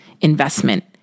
investment